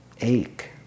ache